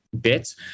bits